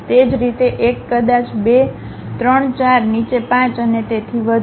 તે જ રીતે 1 કદાચ 2 3 4 નીચે 5 અને તેથી વધુ